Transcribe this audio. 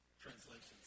translations